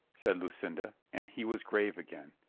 said lucinda, and he was grave again.